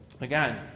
Again